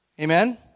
Amen